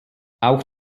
auch